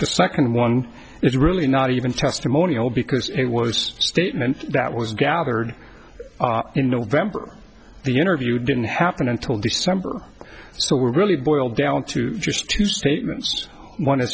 the second one is really not even testimonial because it was a statement that was gathered in november the interview didn't happen until december so we're really boiled down to just two statements one is